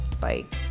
bike